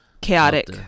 chaotic